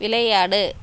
விளையாடு